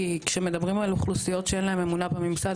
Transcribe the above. כי כשמדברים על אוכלוסיות שאין להן אמונה בממסד,